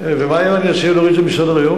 ומה אם אני אציע להוריד את זה מסדר-היום?